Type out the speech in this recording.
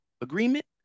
agreement